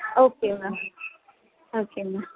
okay ma'am okay ma'am